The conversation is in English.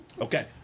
Okay